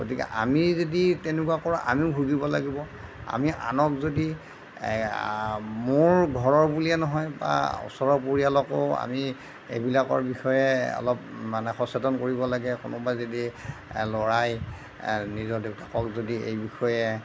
গতিকে আমি যদি তেনেকুৱা কৰোঁ আমিও ভুগিব লাগিব আমি আনক যদি মোৰ ঘৰৰ বুলিয়ে নহয় বা ওচৰৰ পৰিয়ালকো আমি এইবিলাকৰ বিষয়ে অলপ মানে সচেতন কৰিব লাগে কোনোবাই যদি ল'ৰাই নিজৰ দেউতাকক যদি এই বিষয়ে